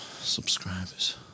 subscribers